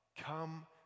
Come